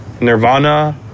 Nirvana